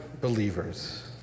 believers